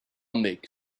make